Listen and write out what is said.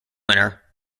winner